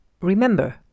Remember